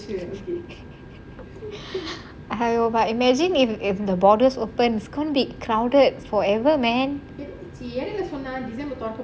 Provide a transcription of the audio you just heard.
I don't know but imagine if if the borders open it gonna be crowded forever man